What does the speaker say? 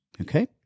okay